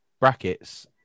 brackets